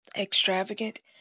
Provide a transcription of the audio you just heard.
extravagant